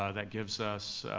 ah that gives us